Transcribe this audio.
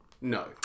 No